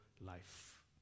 life